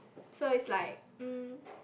so it's like um